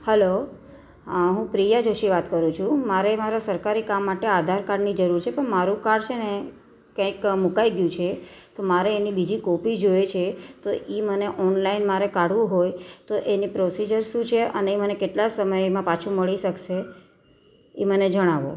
hello હું પ્રિયા જોશી વાત કરું છું મારે મારા સરકારી કામ માટે આધાર કાર્ડની જરૂર છે પણ મારું કાર્ડ છે ને ક્યાંક મુકાઈ ગયું છે તો મારે એની બીજી કોપી જોઈએ છે તો એ મને ઓનલાઈન મારે કાઢવું હોય તો એની પ્રોસીજર શું છે અને અને એ મને કેટલા સમયમાં પાછું મળી શકશે એ મને જણાવો